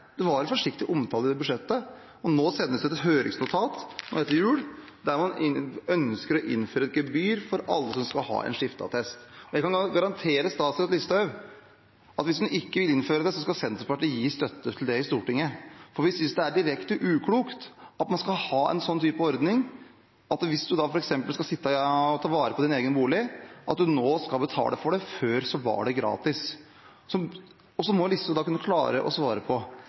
var en forsiktig omtale i budsjettet. Nå sendes det et høringsnotat, etter jul, der man ønsker å innføre et gebyr for alle som skal ha en skifteattest. Jeg kan garantere statsråd Listhaug om at hvis en ikke vil innføre det, skal Senterpartiet gi støtte til det i Stortinget. Vi synes det er direkte uklokt å ha en ordning som gjør at hvis en f.eks. sitter og skal ta vare på sin egen bolig, skal en betale for det. Før var det gratis. Statsråd Listhaug må kunne klare å svare på